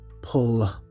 pull